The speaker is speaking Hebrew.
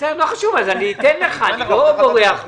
לא חשוב, אז אני אתן לך, אני לא בורח מזה.